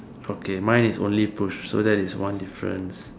okay mine is only push so that is one difference